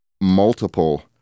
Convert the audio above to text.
multiple